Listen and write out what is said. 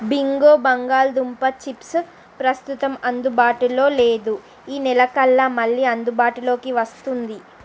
Bingo బంగాళాదుంప chips ప్రస్తుతం అందుబాటులో లేదు ఈ నెలకల్లా మళ్ళీ అందుబాటులోకి వస్తుంది